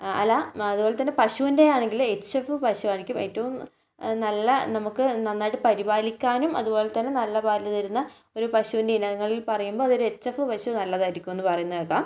അല്ല അതു പോലെ തന്നെ പശുവിൻ്റെ ആണെങ്കിൽ എച്ച് എഫ് പശുവായിരിക്കും ഏറ്റവും നല്ലത് നമുക്ക് നന്നായിട്ട് പരിപാലിക്കാനും അതുപോലെ തന്നെ നല്ല പാൽ തരുന്ന ഒരു പശുവിൻ്റെ ഇനങ്ങളിൽ പറയുമ്പോൾ അത് ഒരു എച്ച് എഫ് പശു നല്ലതായിരിക്കുംന്ന് പറയുന്നത് കേൾക്കാം